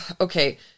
okay